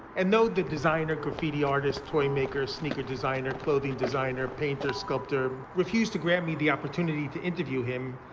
and though the designer, graffiti artist, toy maker, sneaker designer, clothing designer, painter, sculptor refused to grant me the opportunity to interview him,